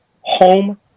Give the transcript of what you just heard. home